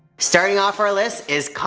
starting off our list is kayne